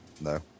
No